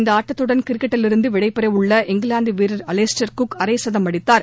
இந்த ஆட்டத்துடன் கிரிக்கெட்டிலிருந்து விடைபெறவுள்ள இங்கிலாந்து வீரர் அவாஸ்டேர் குக் அரை சதம் அடித்தார்